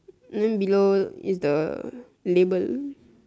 then below is the label